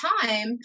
time